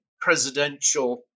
presidential